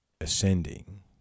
ascending